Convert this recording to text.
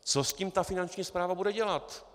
Co s tím ta Finanční správa bude dělat?